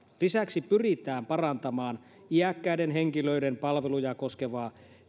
lisäksi pyritään parantamaan iäkkäiden henkilöiden palveluja koskevaa